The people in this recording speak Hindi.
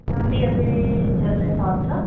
चाँदी अभी चल रही सात सौ